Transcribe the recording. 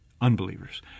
unbelievers